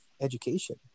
education